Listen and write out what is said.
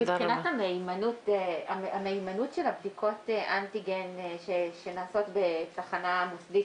מבחינת המהימנות של בדיקות אנטיגן שנעשות בתחנה מוסדית,